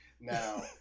Now